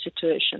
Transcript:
situation